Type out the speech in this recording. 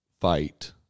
fight